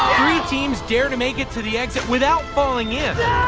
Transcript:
teams dare to make it to the exit without falling in.